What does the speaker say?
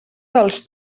dels